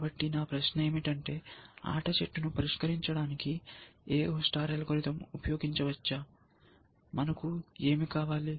కాబట్టి నా ప్రశ్న ఏమిటంటే ఆట చెట్టును పరిష్కరించడానికి AO అల్గోరిథం ఉపయోగించవచ్చా మనకు ఏమి కావాలి